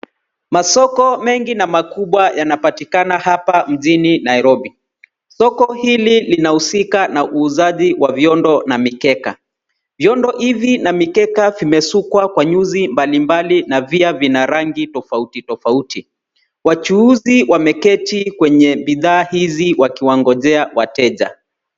Masoko mengi na makubwa yanapatikana hapa mjini Nairobi. Soko hili linahusika na uuzaji wa vyondo na mikeka. Vyondo hivi, na mikeka vimesukwa kwa nyuzi mbalimbali, na pia zina rangi tofauti tofauti. Wachuuzi wameketi kwenye bidhaa hizi, wakiwangojea wateja.